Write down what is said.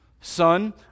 son